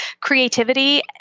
creativity